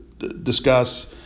discuss